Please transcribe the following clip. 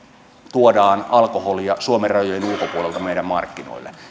tuodaan alkoholia suomen rajojen ulkopuolelta meidän markkinoille